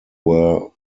were